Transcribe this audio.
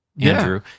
Andrew